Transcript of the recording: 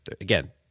Again